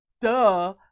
Duh